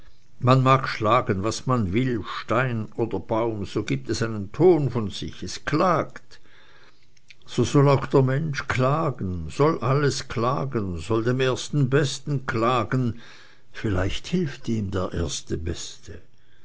man mag schlagen was man will stein oder baum so gibt es einen ton von sich es klaget so soll auch der mensch klagen soll alles klagen soll dem ersten besten klagen vielleicht hilft ihm der erste beste